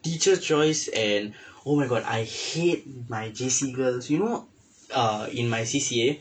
teachers choice and oh my god I hate my J_C girls you know err in my C_C_A